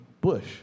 Bush